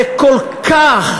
זה כל כך,